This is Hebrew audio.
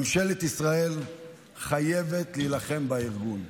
ממשלת ישראל חייבת להילחם בארגון,